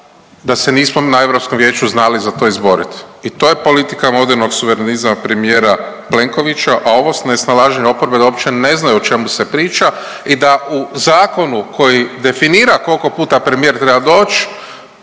da se nismo na Europskom vijeću znali za to izboriti i to je politika modernog suverenizma premijera Plenkovića, a ovo nesnalaženje oporbe da uopće ne znaju o čemu se priča i da u zakonu koji definira koliko puta premijer treba doć